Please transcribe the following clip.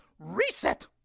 Reset